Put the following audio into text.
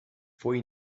foi